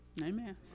Amen